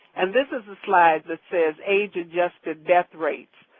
and this is a slide that says age adjusted death rate,